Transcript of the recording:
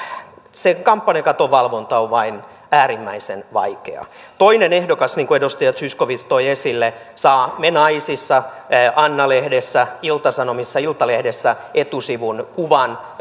se kampanjakaton valvonta on vain äärimmäisen vaikeaa toinen ehdokas niin kuin edustaja zyskowicz toi esille saa me naisissa anna lehdessä ilta sanomissa iltalehdessä etusivun kuvan